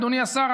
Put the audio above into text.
אדוני השר,